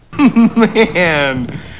Man